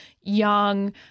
young